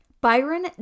Byron